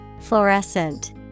Fluorescent